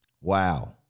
Wow